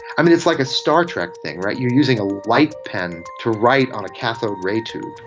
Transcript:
i mean it's like a star trek thing, right? you're using a light pen to write on a cathode ray tube.